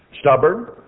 stubborn